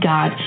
God